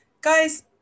guys